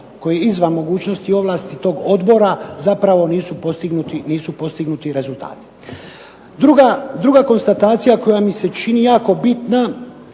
je izvan te mogućnosti Odbora nisu postignuti rezultati. Druga konstatacija koja mi se čini jako bitna,